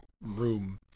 room